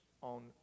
on